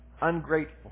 ungrateful